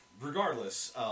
Regardless